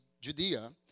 Judea